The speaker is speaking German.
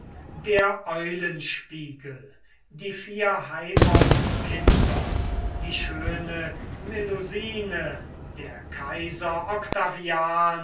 der eulenspiegel die vier haimonskinder die schöne melusine der kaiser